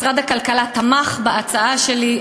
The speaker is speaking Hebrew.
משרד הכלכלה תמך בהצעה שלי,